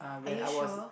are you sure